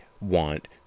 want